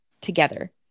together